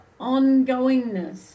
ongoingness